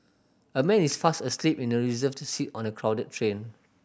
a man is fast asleep in a reserved seat on a crowded train